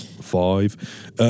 five